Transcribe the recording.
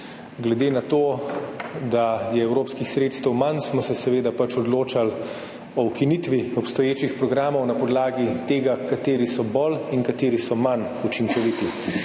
Glede na to, da je evropskih sredstev manj, smo se seveda pač odločali o ukinitvi obstoječih programov na podlagi tega, kateri so bolj in kateri so manj učinkoviti.